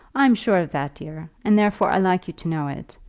i'm sure of that, dear, and therefore i like you to know it.